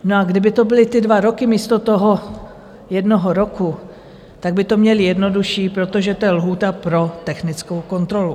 No a kdyby to byly ty dva roky místo toho jednoho roku, tak by to měli jednodušší, protože to je lhůta pro technickou kontrolu.